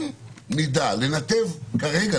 אם נדע לנתב כרגע,